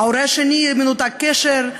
ההורה השני מנותק קשר,